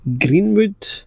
Greenwood